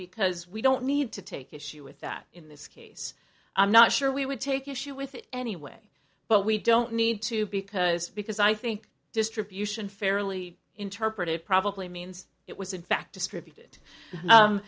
because we don't need to take issue with that in this case i'm not sure we would take issue with it anyway but we don't need to because because i think distribution fairly interpreted probably means it was in fact distributed